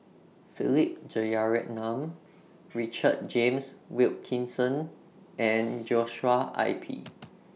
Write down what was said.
Philip Jeyaretnam Richard James Wilkinson and Joshua I P